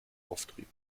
auftrieb